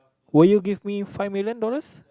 will give me five million dollars